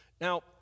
Now